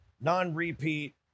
non-repeat